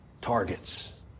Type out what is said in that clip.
targets